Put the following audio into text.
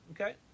Okay